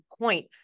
point